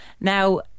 Now